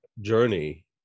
journey